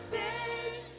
days